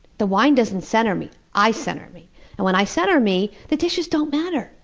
the wine doesn't center me i center me. and when i center me, the dishes don't matter!